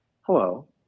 Hello